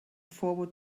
forward